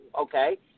okay